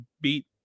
beat –